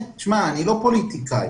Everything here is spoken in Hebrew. לא פוליטיקאי,